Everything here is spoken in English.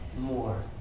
more